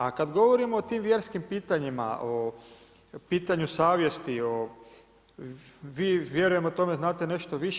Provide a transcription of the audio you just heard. A kad govorim o tim vjerskim pitanjima, o pitanju savjesti o, vjerujem o tome znate nešto više.